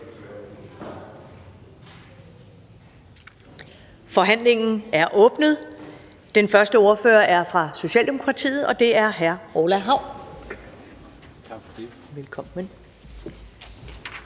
Forhandlingen er åbnet. Den første ordfører er fra Socialdemokratiet, og det er hr. Orla Hav. Velkommen.